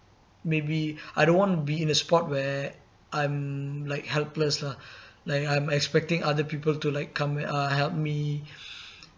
maybe I don't want to be in a spot where I'm like helpless lah like I'm expecting other people to like come and uh help me